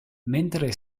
mentre